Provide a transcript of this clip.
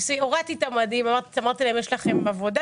הורדתי את המדים ואמרתי להם: יש לכם עבודה?